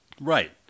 Right